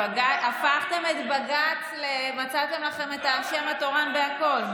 הפכתם את בג"ץ, מצאתם לכם את האשם התורן בכול.